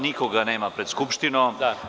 Nikoga nema pred Skupštinom.